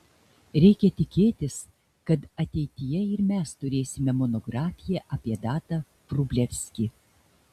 reikia tikėtis kad ateityje ir mes turėsime monografiją apie tadą vrublevskį